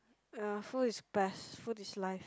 ya food is best food is life